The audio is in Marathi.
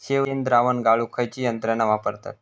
शेणद्रावण गाळूक खयची यंत्रणा वापरतत?